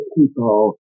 people